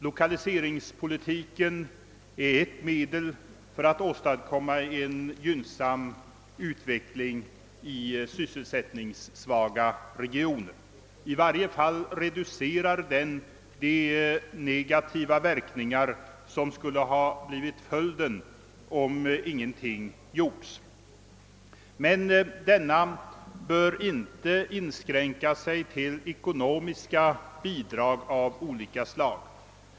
Lokaliseringspolitiken är ett medel att åstadkomma en gynn sam utveckling i sysselsättningssvaga regioner; i varje fall reducerar den de negativa verkningar som skuile ha blivit följden om ingenting gjorts. Men den politiken bör inte inskränka sig till bara ekonomiska bidrag av olika slag.